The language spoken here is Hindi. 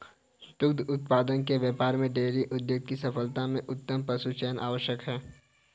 दुग्ध उत्पादन के व्यापार में डेयरी उद्योग की सफलता में उत्तम पशुचयन आवश्यक है